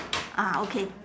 ah okay